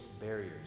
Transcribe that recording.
barriers